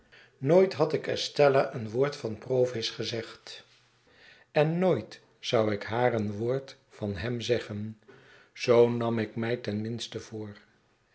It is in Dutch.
nooit had ik esteila een woord van provis gezegd en nooit zou ik haar een woord van hem zeggen zoo nam ik mij ten minste voor